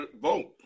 Vote